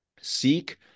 Seek